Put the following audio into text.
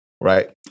Right